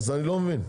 אני לא מבין.